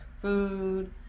food